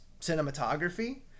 cinematography